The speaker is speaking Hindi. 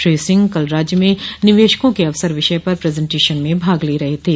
श्री सिंह कल राज्य में निवेशकों के अवसर विषय पर प्रजेन्टेशन में भाग ले रहे थे